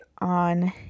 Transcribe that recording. on